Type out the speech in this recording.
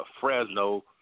Fresno